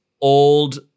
Old